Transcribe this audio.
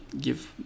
give